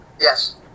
Yes